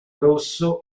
rosso